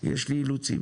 יש לי אילוצים,